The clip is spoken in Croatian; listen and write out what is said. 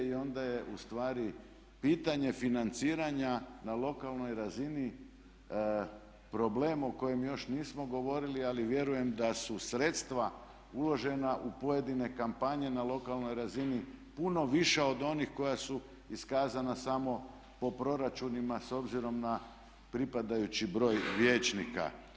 I onda je u stvari pitanje financiranja na lokalnoj razini problem o kojem još nismo govorili, ali vjerujem da su sredstva uložena u pojedine kampanje na lokalnoj razini puno viša od onih koja su iskazana samo po proračunima s obzirom na pripadajući broj vijećnika.